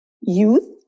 youth